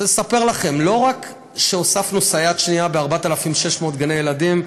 אני רוצה לספר לכם: לא רק שהוספנו סייעת שנייה ב-4,600 גני ילדים,